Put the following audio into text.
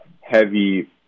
heavy